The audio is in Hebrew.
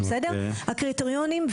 הקריטריונים,